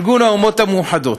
ארגון האומות המאוחדות.